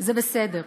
זה בסדר.